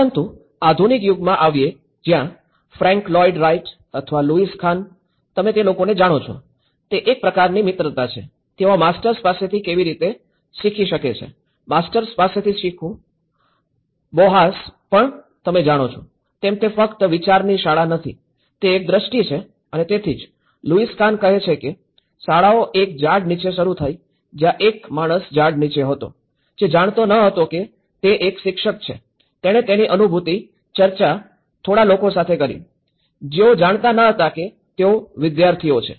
પરંતુ આધુનિક યુગમાં આવીયે જ્યાં ફ્રેન્ક લોઈડ રાઈટ અથવા લૂઇસ ખાન તમે તે લોકોને જાણો છો તે એક પ્રકારની મિત્રતા છે તેઓ આ માસ્ટર્સ પાસેથી કેવી રીતે શીખી શકે છે માસ્ટર્સ પાસેથી શીખવું બૌહાસ પણ તમે જાણો છો તેમ તે ફક્ત વિચારની શાળા નથી તે એક દ્રષ્ટિ છે અને તેથી જ લુઇસ ખાન કહે છે કે શાળાઓ એક ઝાડ નીચે શરૂ થઈ જ્યાં એક માણસ ઝાડ નીચે હતો જે જાણતો ન હતો કે તે એક શિક્ષક છે તેણે તેની અનુભૂતિની ચર્ચા થોડા લોકો સાથે કરી જેઓ જાણતા ન હતા કે તેઓ વિદ્યાર્થીઓ છે